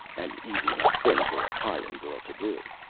an easy enough thing for a pyrran girl to do.